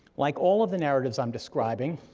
like all of the narratives i'm describing,